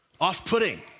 off-putting